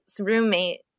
roommate